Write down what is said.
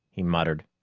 he muttered.